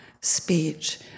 speech